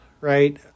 right